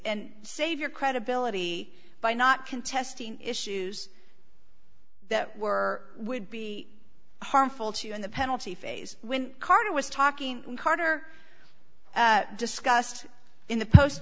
and save your credibility by not contesting issues that were would be harmful to you in the penalty phase when carter was talking carter discussed in the post